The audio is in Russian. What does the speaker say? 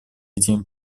этими